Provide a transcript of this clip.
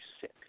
sick